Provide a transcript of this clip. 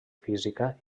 física